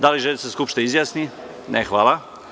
Da li želite da se Skupština izjasni? (Ne)Hvala.